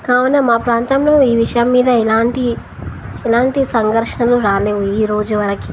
కావున మా ప్రాంతంలో ఈ విషయం మీద ఎలాంటి ఎలాంటి సంఘర్షణలు రాలేవు ఈ రోజు వరకి